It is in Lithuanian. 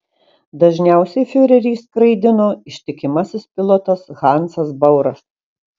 dažniausiai fiurerį skraidino ištikimasis pilotas hansas bauras